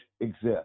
exist